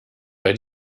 bei